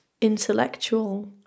intellectual